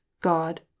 God